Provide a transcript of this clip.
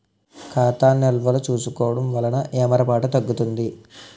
ఖాతా నిల్వలు చూసుకోవడం వలన ఏమరపాటు తగ్గుతుంది